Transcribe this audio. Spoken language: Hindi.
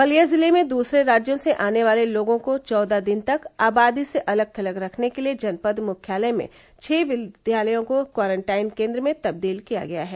बलिया जिले में दूसरे राज्यों से आने वाले लोगों को चौदह दिन तक आबादी से अलग थलग रखने के लिए जनपद मुख्यालय में छह विद्यालयों को क्वारटाइन केंद्र में तब्दील किया गया है